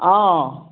অ